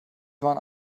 waren